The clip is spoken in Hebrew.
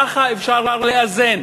ככה אפשר לאזן.